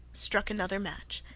struck another match,